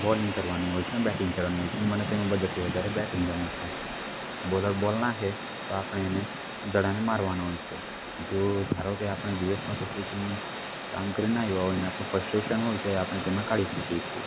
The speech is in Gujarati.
બોલિંગ કરવાની હોય છે બેટિંગ કરવાની હોય છે મને તેમાં બધાથી વધારે બેટિંગ ગમે છે બોલર બોલ નાખે તો આપણે એને દડાને મારવાનો હોય છે જો ધારો કે આપણે દિવસમાં કશું ભી કામ કરીને ના આઈવા હોય અને આપણે ફ્રસ્ટેશન હોય તે આપણે તેમાં કાઢી શકીએ છીએ